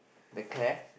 the Claire